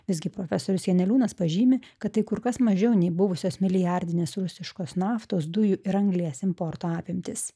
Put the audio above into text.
visgi profesorius janeliūnas pažymi kad tai kur kas mažiau nei buvusios milijardinės rusiškos naftos dujų ir anglies importo apimtys